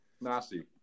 Nasi